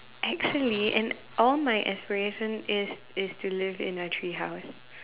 actually and all my aspiration is is to live in a tree house